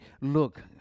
look